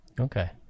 Okay